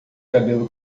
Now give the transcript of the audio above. cabelo